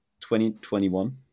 2021